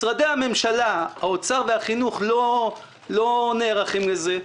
משרדי הממשלה, האוצר והחינוך לא נערכים לזה.